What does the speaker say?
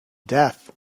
death